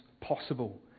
possible